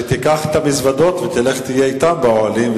שתיקח את המזוודות ותלך להיות אתם באוהלים,